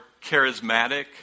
charismatic